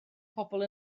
pobl